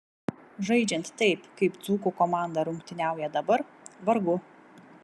žaidžiant taip kaip dzūkų komanda rungtyniauja dabar vargu